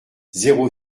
zéro